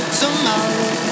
tomorrow